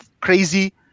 crazy